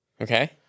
Okay